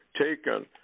taken